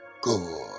good